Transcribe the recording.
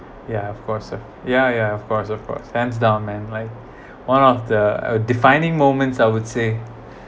ya of course ah yeah yeah of course of course hands down man like one of the uh defining moments I would say